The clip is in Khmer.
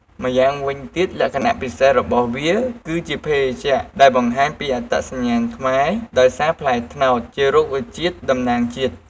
ម្យ៉ាងវិញទៀតលក្ខណៈពិសេសរបស់វា គឺជាភេសជ្ជៈដែលបង្ហាញពីអត្តសញ្ញាណខ្មែរ ដោយសារផ្លែត្នោតជារុក្ខជាតិតំណាងជាតិ។